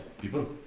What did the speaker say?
people